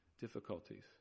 difficulties